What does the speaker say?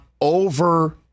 over